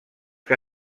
que